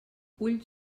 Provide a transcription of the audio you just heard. ull